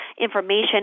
information